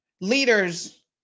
leaders